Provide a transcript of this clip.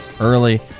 Early